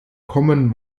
common